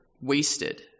wasted